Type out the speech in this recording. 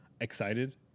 excited